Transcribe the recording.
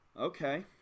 okay